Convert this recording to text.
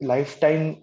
Lifetime